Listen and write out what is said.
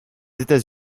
états